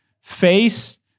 face